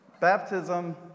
Baptism